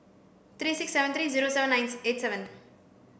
three six seven three zero seven eight seven